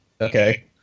okay